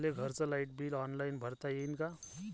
मले घरचं light bill online भरता येईन का?